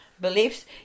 beliefs